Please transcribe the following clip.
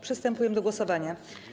Przystępujemy do głosowania.